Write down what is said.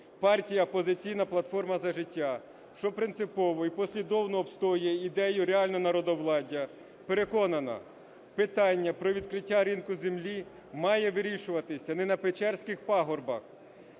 Партія "Опозиційна платформа - За життя", що принципово і послідовно відстоює ідею реального народовладдя, переконана, питання про відкриття ринку землі має вирішуватись не на Печерських пагорбах,